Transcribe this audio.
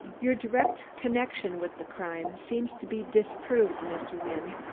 your direct connection with the crime seems to be disproved, mr. wynne,